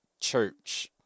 church